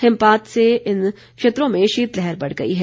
हिमपात से इन क्षेत्रों में शीतलहर बढ़ गई है